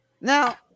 Now